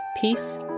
peace